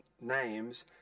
names